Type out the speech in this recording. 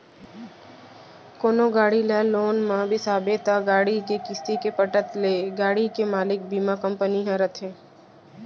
कोनो गाड़ी ल लोन म बिसाबे त गाड़ी के किस्ती के पटत ले गाड़ी के मालिक बीमा कंपनी ह रहिथे